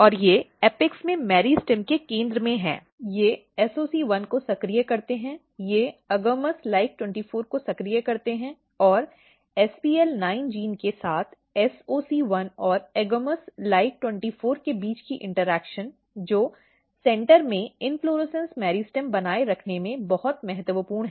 और ये एपेक्स में मेरिस्टेम के केंद्र में हैंये SOC1 को सक्रिय करते हैं ये AGAMOUS LIKE 24 को सक्रिय करते हैं और SPL9 जीन के साथ SOC1 और AGAMOUS LIKE 24 के बीच की इंटरेक्शन जो केंद्र में इन्फ्लोरेसन्स मेरिटेम बनाए रखने में बहुत महत्वपूर्ण हैं